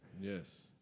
Yes